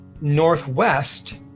northwest